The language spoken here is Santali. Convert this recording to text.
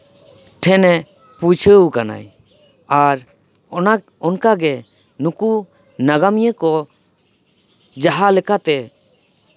ᱴᱷᱮᱱᱮ ᱯᱳᱪᱷᱟᱹᱣ ᱠᱟᱱᱟᱭ ᱟᱨ ᱚᱱᱟ ᱚᱱᱠᱟᱜᱮ ᱱᱩᱠᱩ ᱱᱟᱜᱟᱢᱤᱭᱟᱹ ᱠᱚ ᱡᱟᱦᱟᱸ ᱞᱮᱠᱟᱛᱮ